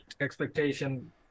Expectation